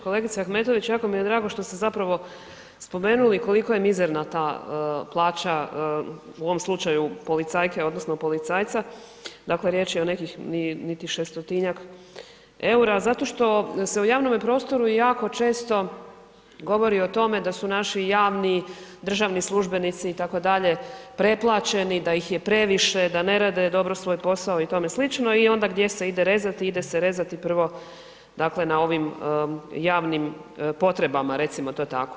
Kolegice Ahmetović, jako mi je drago što ste zapravo spomenuli koliko je mizerna ta plaća u ovom slučaju policajke odnosno policajca, dakle riječ je o nekih niti 600-njak eura zato što se u javnome prostoru jako često govori o tome da su naši javni i državni službenici itd. pretplaćeni, da ih je previše, da ne rade dobro svoj posao itsl. i onda gdje se ide rezati, ide se rezati prvo dakle na ovim javnim potrebama recimo to tako.